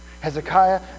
Hezekiah